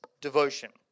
devotion